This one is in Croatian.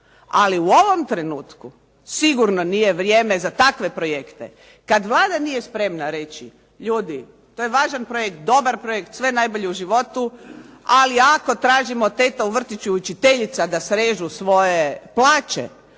Ali u ovo trenutku sigurno nije vrijeme za takve projekte. Kada Vlada nije spremna reći, ljudi to je važna projekt, dobar projekt sve najbolje u životu, ali ako tražimo teta u vrtiću, učiteljica da srežu svoje plaće,